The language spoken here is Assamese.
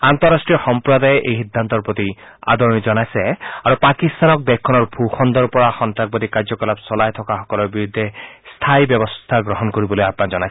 আন্তঃৰাষ্ট্ৰীয় সম্প্ৰদায়ে এই সিদ্ধান্তৰ প্ৰতি আদৰণি জনাইছে আৰু পাকিস্তানক দেশখনৰ ভূ খণ্ডৰ পৰা সন্তাসবাদী কাৰ্যকলাপ চলাই থকা সকলৰ বিৰুদ্ধে স্থায়ী ব্যৱস্থা গ্ৰহণ কৰিবলৈ আহান জনায়